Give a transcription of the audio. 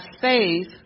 faith